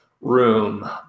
room